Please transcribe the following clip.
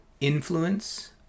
influence